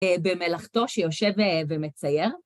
במלאכתו שיושב ומצייר.